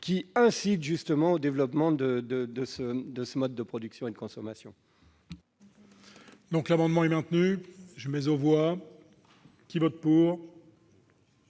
incitant au développement de ce mode de production et de consommation.